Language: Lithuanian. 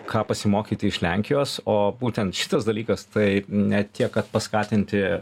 ką pasimokyti iš lenkijos o būtent šitas dalykas tai ne tiek kad paskatinti